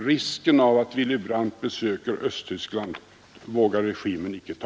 Risken av att Willy Brandt besöker Östtyskland vågar regimen inte ta!